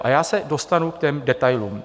A já se dostanu k těm detailům.